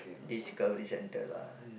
Discovery-Centre lah